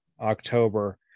October